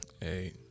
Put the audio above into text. Hey